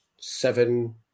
Seven